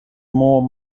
more